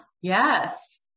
yes